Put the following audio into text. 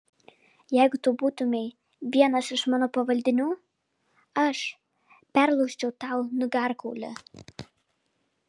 jeigu tu būtumei vienas iš mano pavaldinių aš perlaužčiau tau nugarkaulį